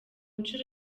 nshuro